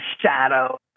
shadow